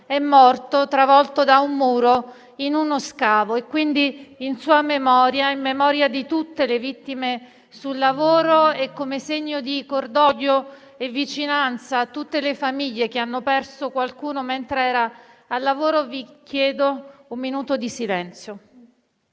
è morto, travolto da un muro in uno scavo. In sua memoria e in memoria di tutte le vittime sul lavoro e come segno di cordoglio e vicinanza a tutte le famiglie che hanno perso qualcuno mentre era al lavoro, vi chiedo di osservare un minuto di silenzio.